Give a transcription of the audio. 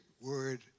word